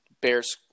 Bears